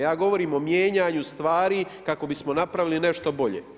Ja govorim o mijenjanju stvari kako bismo napravili nešto bolje.